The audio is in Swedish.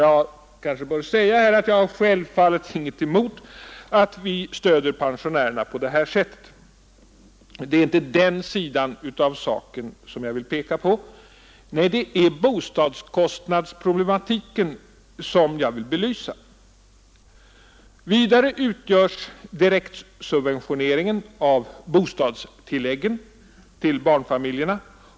Jag kanske bör säga att jag självfallet inget har emot att man stöder pensionärerna på detta sätt — det är inte den sidan av saken jag vill peka på. Nej, det är bostadskostnadsproblematiken jag vill belysa. Vidare har vi direktsubventioneringen av bostadstilläggen till barnfamiljerna.